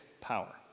power